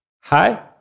Hi